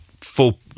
full